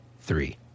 three